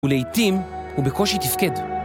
ולעיתים הוא בקושי תפקד.